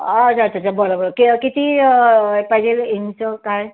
अच्छा अच्छा अच्छा बरं बरं के किती पाहिजे इंच काय